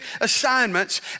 assignments